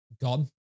gone